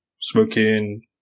smoking